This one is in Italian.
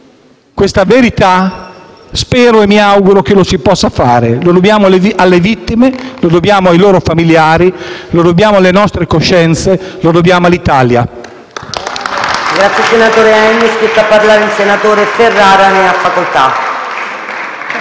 questa verità. Spero e mi auguro che lo si possa fare. Lo dobbiamo alle vittime, lo dobbiamo ai loro familiari, lo dobbiamo alle nostre coscienze, lo dobbiamo all'Italia.